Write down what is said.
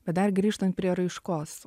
bet dar grįžtant prie raiškos